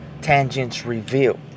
TangentsReveal